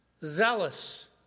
zealous